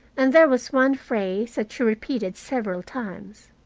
and there was one phrase that she repeated several times.